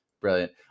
brilliant